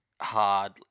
hard